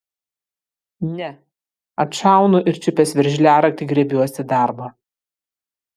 ne atšaunu ir čiupęs veržliaraktį griebiuosi darbo